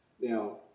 Now